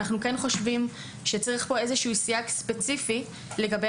אנחנו חושבים שצריך פה סייג ספציפי לגבי